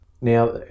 Now